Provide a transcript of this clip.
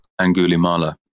Angulimala